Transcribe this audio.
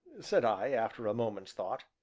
said i, after a moment's thought.